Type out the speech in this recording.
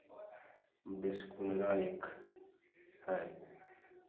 बिसकुलरा एक है